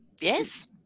Yes